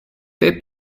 they